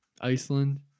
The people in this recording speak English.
Iceland